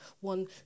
one